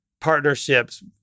partnerships